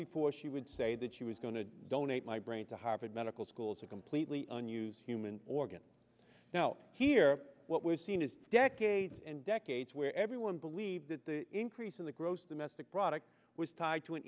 before she would say that she was going to donate my brain to harvard medical school as a completely unused human organ now here what we've seen is decades and decades where everyone believed that the increase in the gross domestic product was tied to an